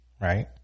right